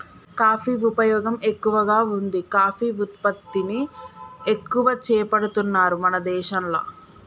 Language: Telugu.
కాఫీ ఉపయోగం ఎక్కువగా వుంది కాఫీ ఉత్పత్తిని ఎక్కువ చేపడుతున్నారు మన దేశంల